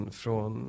från